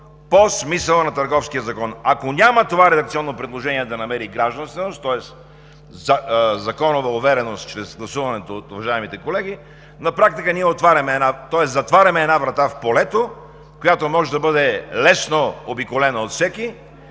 по смисъла на Търговския закон“. Ако това редакционно предложение няма да намери гражданственост, тоест законова увереност чрез гласуване от уважаемите колеги, на практика ние затваряме една врата в полето, която може да бъде лесно обиколена от всеки,